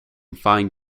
fine